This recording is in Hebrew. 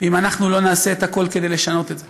אם אנחנו לא נעשה הכול כדי לשנות את זה,